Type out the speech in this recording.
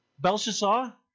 Belshazzar